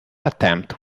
attempt